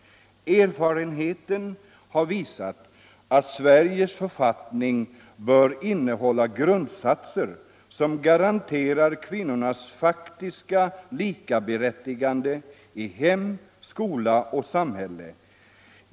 Erfarenheten har visat, att Sveriges författning bör innehålla grundsatser, som garanterar kvinnornas faktiska likaberättigande i hem, skola och samhälle.